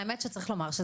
האמת שזה דבר שצריך להגיד,